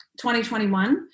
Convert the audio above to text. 2021